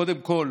קודם כול